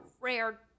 rare